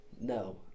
no